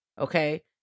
Okay